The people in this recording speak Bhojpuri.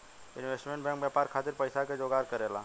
इन्वेस्टमेंट बैंक व्यापार खातिर पइसा के जोगार करेला